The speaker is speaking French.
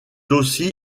aussi